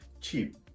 cheap